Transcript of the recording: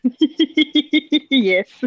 Yes